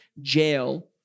jail